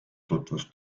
tutvus